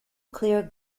clear